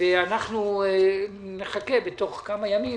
אנחנו נחכה בתוך כמה ימים